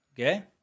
Okay